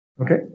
Okay